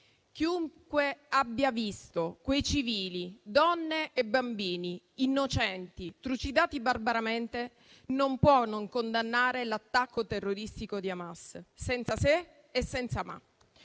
Chiunque abbia visto quei civili, donne e bambini innocenti, trucidati barbaramente, non può non condannare l'attacco terroristico di Hamas, senza se e senza ma.